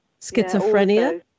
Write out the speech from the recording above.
schizophrenia